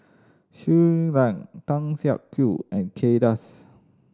Shui Lan Tan Siak Kew and Kay Das